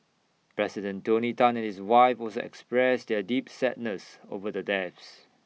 president tony Tan and his wife also expressed their deep sadness over the deaths